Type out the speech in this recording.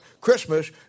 Christmas